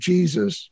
Jesus